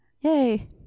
Yay